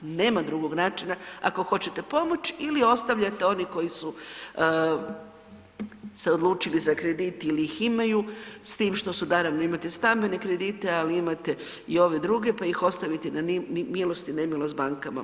Nema drugog načina ako hoćete pomoći ili ostavljate one koji su se odlučili za kredit ili ih imaju s tim što su naravno imate stambene kredite, ali imate i ove druge, pa ih ostaviti na milost i nemilost bankama.